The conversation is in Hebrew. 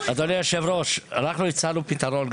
אדוני היושב ראש, אנחנו הצענו פתרון,